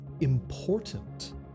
important